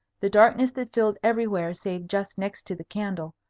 the darkness that filled everywhere save just next to the candle,